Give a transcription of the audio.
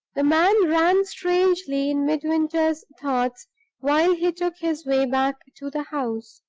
the man ran strangely in midwinter's thoughts while he took his way back to the house.